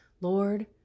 Lord